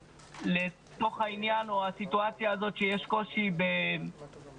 לתוך העניין או הסיטואציה הזו שיש קושי בהתקשרויות.